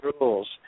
rules